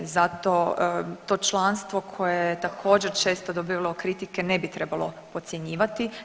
Zato to članstvo koje je također često dobivalo kritike ne bi trebalo podcjenjivati.